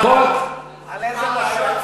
על איזה ועדה?